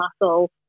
muscle